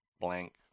blank